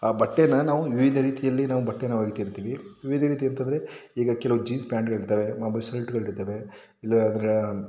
ಆ ಬಟ್ಟೆನ ನಾವು ವಿವಿಧ ರೀತಿಯಲ್ಲಿ ನಾವು ಬಟ್ಟೇನ ಒಗಿತಿರ್ತೀವಿ ವಿವಿಧ ರೀತಿ ಅಂತ ಅಂದರೆ ಈಗ ಕೆಲವು ಜೀನ್ಸ್ ಪ್ಯಾಂಟ್ಗಳಿರ್ತವೆ ಮೊಬ ಶರ್ಟ್ಗಳಿರ್ತವೆ ಇಲ್ಲ ಆದರೆ